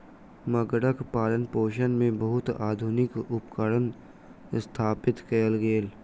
मगरक पालनपोषण मे बहुत आधुनिक उपकरण स्थापित कयल गेल